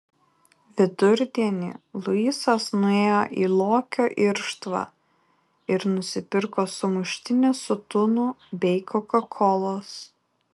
vidurdienį luisas nuėjo į lokio irštvą ir nusipirko sumuštinį su tunu bei kokakolos